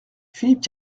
philippe